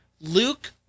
Luke